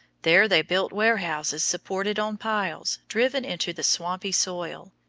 there they built warehouses supported on piles driven into the swampy soil,